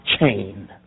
chain